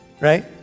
right